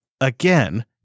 again